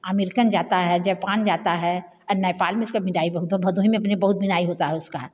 American जाता है Japan जाता है नेपाल में उसका बुनाई बहुत भदोही में अपने बहुत बुनाई होता है उसका